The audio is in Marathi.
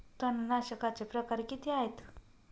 तणनाशकाचे प्रकार किती आहेत?